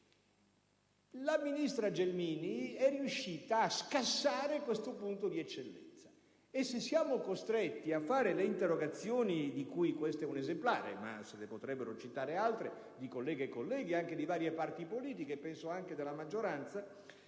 Il ministro Gelmini è riuscita a scassare questo punto di eccellenza, e se siamo costretti a presentare certe interrogazioni - di cui questa è un esemplare, ma se ne potrebbero citare altre, di colleghe e colleghi anche di diverse parti politiche, penso anche della maggioranza